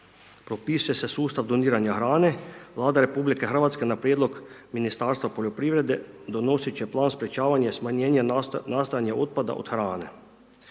Propisuje se sustav doniranja hrane. Vlada RH na prijedlog Ministarstva poljoprivrede donosit će plan sprječavanja i smanjenja nastajanja otpada od hrane.